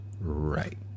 Right